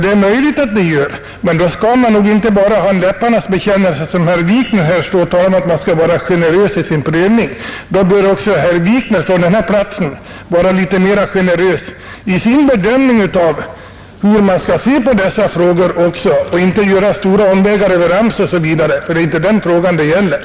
Det är möjligt men då skall man inte bara ha en läpparnas bekännelse och som herr Wikner bara tala om att man skall vara generös i sin prövning. Då bör också herr Wikner från den här platsen vara mer generös i sin bedömning av hur man skall se på dessa frågor och inte göra stora omvägar över AMS osv. Det är inte den frågan det gäller.